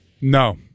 No